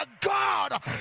God